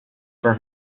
for